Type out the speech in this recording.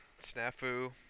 Snafu